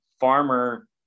farmer